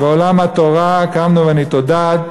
ועולם התורה קמנו ונתעודד,